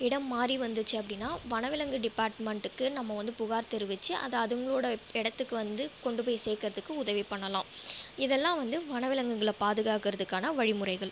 இடம் மாறி வந்துருச்சு அப்படினா வனவிலங்கு டிபார்ட்மெண்ட்டுக்கு நம்ம வந்து புகார் தெரிவித்து அதை அவங்களோட இடத்துக்கு வந்து கொண்டு போய் சேக்கிறதுக்கு உதவி பண்ணலாம் இதெல்லாம் வந்து வனவிலங்குகளை பாதுகாக்கிறதுக்கான வழி முறைகள்